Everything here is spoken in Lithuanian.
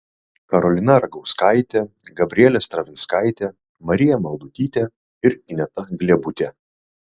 karolina ragauskaitė gabrielė stravinskaitė marija maldutytė ir ineta gliebutė